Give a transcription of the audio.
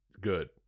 Good